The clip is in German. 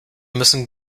müssen